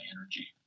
energy